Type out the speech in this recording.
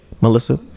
Melissa